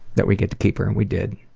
that we get to keep her. and we did.